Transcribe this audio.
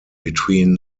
between